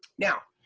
now,